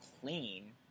clean